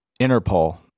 Interpol